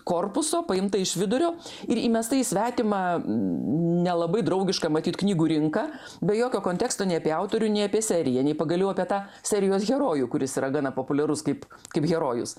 korpuso paimta iš vidurio ir įmesta į svetimą nelabai draugišką matyt knygų rinką be jokio konteksto nei apie autorių nei apie seriją nei pagaliau apie tą serijos herojų kuris yra gana populiarus kaip kaip herojus